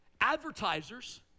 Advertisers